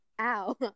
ow